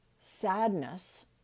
sadness